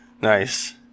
Nice